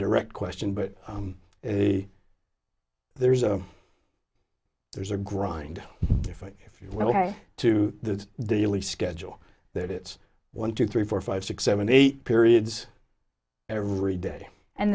direct question but a there's a there's a grind different if you went to the daily schedule that it's one two three four five six seven eight periods every day and